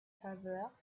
faveur